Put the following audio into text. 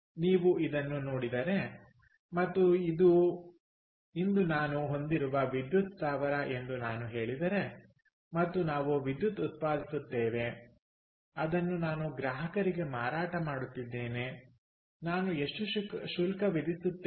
ನೀವು ಇದನ್ನು ನೋಡಿದರೆ ಮತ್ತು ಇದು ಇಂದು ನಾನು ಹೊಂದಿರುವ ವಿದ್ಯುತ್ ಸ್ಥಾವರ ಎಂದು ನಾನು ಹೇಳಿದರೆ ಮತ್ತು ನಾವು ವಿದ್ಯುತ್ ಉತ್ಪಾದಿಸುತ್ತಿದ್ದೇವೆ ಅದನ್ನು ನಾನು ಗ್ರಾಹಕರಿಗೆ ಮಾರಾಟ ಮಾಡುತ್ತಿದ್ದೇನೆ ನಾನು ಎಷ್ಟು ಶುಲ್ಕ ವಿಧಿಸುತ್ತೇನೆ